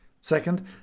Second